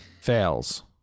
fails